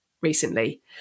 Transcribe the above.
recently